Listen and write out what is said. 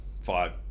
five